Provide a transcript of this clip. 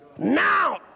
Now